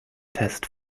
test